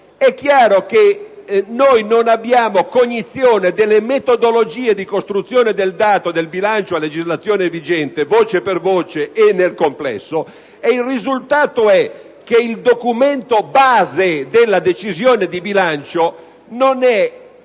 È chiaro che noi non abbiamo cognizione delle metodologie di costruzione del dato del bilancio a legislazione vigente (voce per voce e nel complesso) e il risultato è che il documento base della decisione di bilancio non è